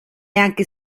anche